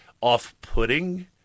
off-putting